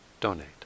donate